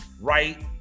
right